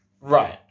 right